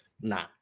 Nah